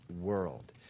world